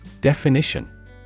Definition